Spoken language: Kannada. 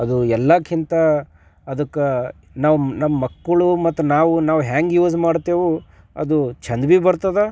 ಅದು ಎಲ್ಲಕ್ಕಿಂತ ಅದಕ್ಕೆ ನಾವು ನಮ್ಮ ಮಕ್ಕಳು ಮತ್ತು ನಾವು ನಾವು ಹೆಂಗೆ ಯೂಸ್ ಮಾಡ್ತೇವೆ ಅದು ಚೆಂದ ಭೀ ಬರ್ತದೆ